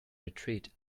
retreat